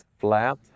flat